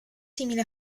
simile